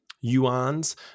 Yuan's